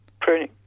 pruning